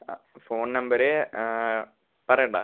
ആ phone number പറയട്ടേ